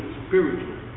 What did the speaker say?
spiritual